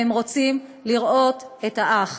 והם רוצים לראות את האח.